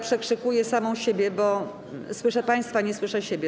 Przekrzykuję samą siebie, bo słyszę państwa, a nie słyszę siebie.